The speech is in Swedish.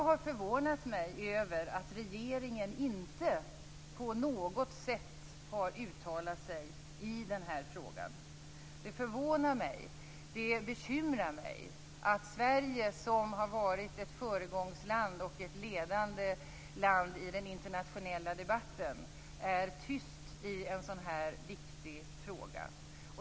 Det förvånar mig att regeringen inte på något sätt har uttalat sig i denna fråga. Det bekymrar mig att Sverige, som har varit ett föregångsland och ett ledande land i den internationella debatten, är tyst i en sådan här viktig fråga.